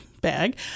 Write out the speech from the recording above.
bag